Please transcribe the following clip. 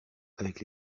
avec